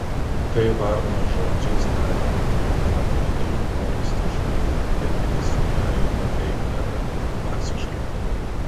tai varno žodžiais tariant gal atrodę humoristiškai bet juos gerai nuteikdavę dvasiškai